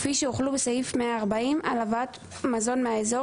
כפי שהוחלו בסעיף 140 על הבאת מזון מהאזור,